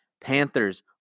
Panthers